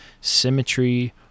symmetry